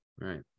Right